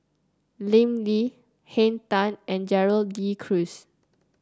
Lim Lee Henn Tan and Gerald De Cruz